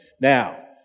Now